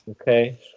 Okay